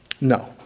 No